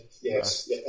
yes